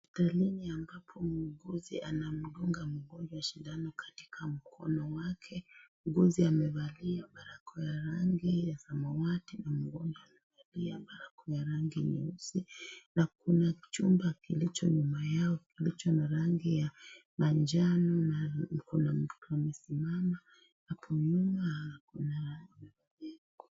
Hospitalini ambapo muuguzi anamdumga mgonjwa sindano, katika mkono wake. Muuguzi amevalia balakoa ya rangi ya samawati, na mgonjwa amevalia balakoa ya rangi nyeusi. Na kuna chumba, kilicho nyuma yao, kilicho na rangi ya manjano na kuna mtu amesimama hapo nyuma ako naa..,